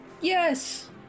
Yes